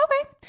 Okay